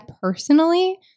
personally